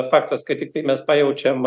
faktas kad tiktai mes pajaučiam